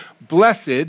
blessed